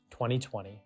2020